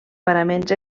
paraments